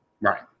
right